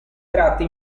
tratti